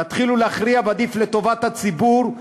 תתחילו להכריע, ועדיף, לטובת הציבור.